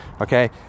okay